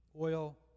oil